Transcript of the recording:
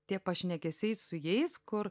tie pašnekesiai su jais kur